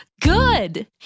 Good